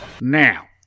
Now